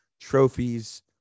trophies